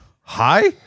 hi